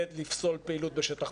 מתנגד לפסול פעילות בשטח פתוח.